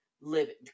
living